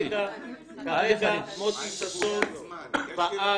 אתה אומר